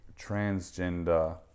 transgender